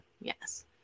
Yes